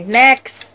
next